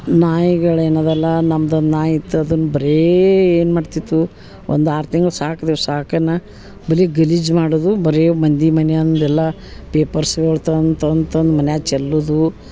ನಾಯಿಗಳ ಏನದಲ್ಲ ನಮ್ದ ಒಂದು ನಾಯಿ ಇತ್ತು ಅದನ್ನ ಬರೇ ಏನು ಮಾಡ್ತಿತ್ತು ಒಂದು ಆರು ತಿಂಗ್ಳು ಸಾಕ್ದೇವು ಸಾಕೆನ ಬರಿ ಗಲೀಜು ಮಾಡುದು ಬರಿ ಮಂದಿ ಮನೆಯಂದ ಎಲ್ಲ ಪೇಪರ್ಸ್ಗಳ್ ತಂದು ತಂದು ತಂದು ಮನ್ಯಗ ಚಲ್ಲುದು